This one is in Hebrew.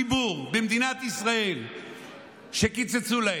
אין אף ציבור במדינת ישראל שקיצצו לו,